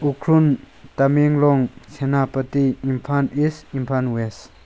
Ukhrul Tamenglong Senapati Imphal East Imphal west